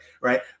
right